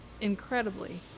incredibly